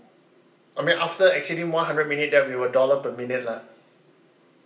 I mean after exceeding one hundred minute there'll be a dollar per minute lah